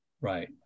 Right